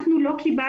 אנחנו לא קיבלנו,